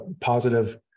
positive